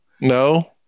No